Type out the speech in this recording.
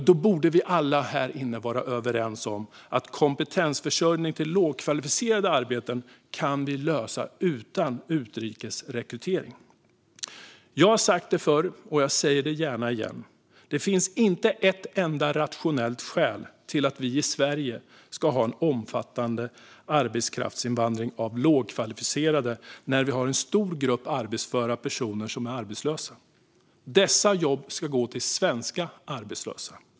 Då borde vi alla här inne vara överens om att kompetensförsörjningen när det gäller lågkvalificerade arbeten kan lösas utan utrikes rekrytering. Jag har sagt det förr, och jag säger det gärna igen: Det finns inte ett enda rationellt skäl till att vi i Sverige ska ha en omfattande arbetskraftsinvandring av lågkvalificerade när vi har en stor grupp arbetsföra personer som är arbetslösa. Dessa jobb ska gå till svenska arbetslösa.